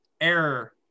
error